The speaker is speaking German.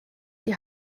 die